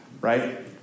Right